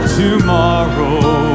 tomorrow